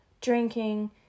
drinking